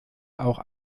auch